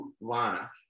Lana